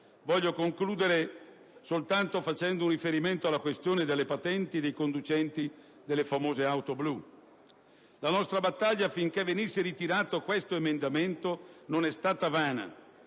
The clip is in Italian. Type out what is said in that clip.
Voglio concludere facendo soltanto un riferimento alla questione delle patenti dei conducenti delle famose auto blu. La nostra battaglia affinché venisse ritirato quell'emendamento non è stata vana.